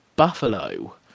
Buffalo